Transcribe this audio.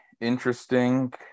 interesting